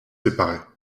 séparer